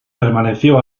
permaneció